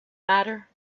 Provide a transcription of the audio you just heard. matter